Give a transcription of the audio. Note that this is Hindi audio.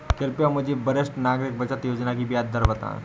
कृपया मुझे वरिष्ठ नागरिक बचत योजना की ब्याज दर बताएं?